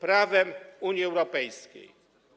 prawem Unii Europejskiej.